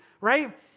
right